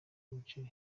b’umuceri